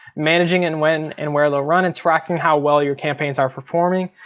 managing and when and where they'll run and tracking how well your campaigns are performing.